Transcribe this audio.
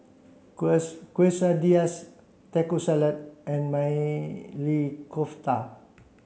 Quesadillas Taco Salad and Maili Kofta